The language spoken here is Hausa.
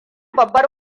babbar